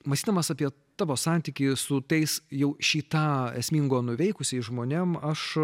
mąstydamas apie tavo santykį su tais jau šį tą esmingo nuveikusiais žmonėm aš